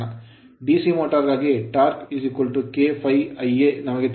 DC motor motor ಗಾಗಿ torque torque K ∅ Ia ನಮಗೆ ತಿಳಿದಿದೆ